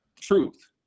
truth